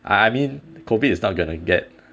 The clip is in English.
I I mean COVID is not going to get